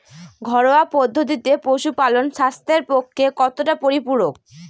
ঘরোয়া পদ্ধতিতে পশুপালন স্বাস্থ্যের পক্ষে কতটা পরিপূরক?